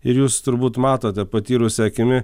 ir jūs turbūt matote patyrusia akimi